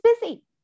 busy